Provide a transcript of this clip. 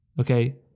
Okay